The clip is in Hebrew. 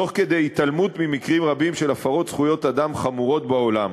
תוך כדי התעלמות ממקרים רבים של הפרת זכויות אדם חמורה בעולם.